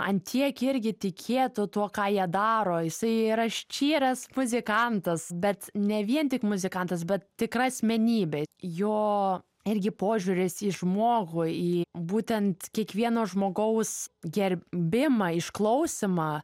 ant tiek irgi tikėtų tuo ką jie daro jisai yra ščyras muzikantas bet ne vien tik muzikantas bet tikra asmenybė jo irgi požiūris į žmogų į būtent kiekvieno žmogaus gerbimą išklausymą